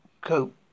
cope